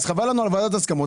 חבל לנו על ועדת ההסכמות.